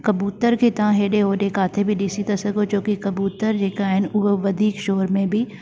कबूतर खे तव्हां हेॾे होॾे ॾिसी था सघो छोकी कबूतर जेका आहिनि उहे वधीक शोर में बि